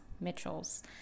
Mitchells